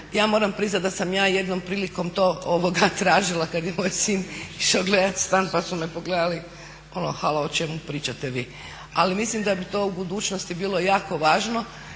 Ja moram priznati da sam ja jednom prilikom to tražila kad je moj sin išao gledao stan pa su me pogledali ono "halo o čemu pričate vi". Ali mislim da bi to u budućnosti bilo jako važno